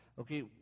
okay